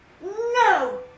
no